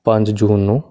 ਪੰਜ ਜੂਨ ਨੂੰ